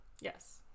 yes